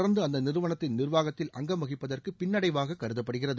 தொடர்ந்து அந்த நிறுவனத்தின் நிர்வாகத்தில் அங்கம் வகிப்பதற்கு பின்னடைவாக கருதப்படுகிறது